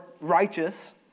righteous